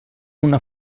una